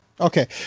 Okay